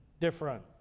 different